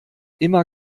immer